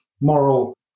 moral